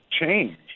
change